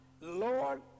Lord